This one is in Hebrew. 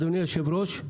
אדוני היושב-ראש,